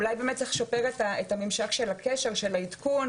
אולי באמת צריך לשפר את הממשק של הקשר, של העדכון.